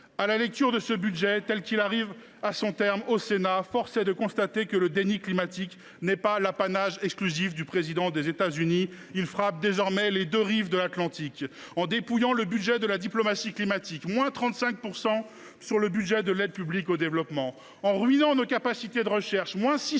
À la lecture de ce budget tel qu’il ressort des travaux du Sénat, force est de constater que le déni climatique n’est pas l’apanage du président des États Unis. Il frappe désormais les deux rives de l’Atlantique. En dépouillant le budget de la diplomatie climatique, avec 35 % de crédits en moins pour l’aide publique au développement, en ruinant nos capacités de recherche, avec 630